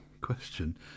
question